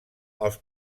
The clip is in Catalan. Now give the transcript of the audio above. els